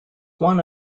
one